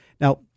Now